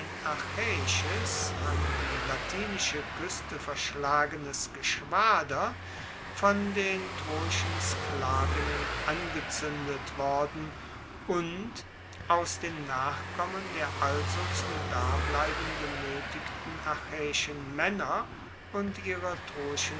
an die latinische kueste verschlagenes geschwader von den troischen sklavinnen angezuendet worden und aus den nachkommen der also zum dableiben genoetigten achaeischen maenner und ihrer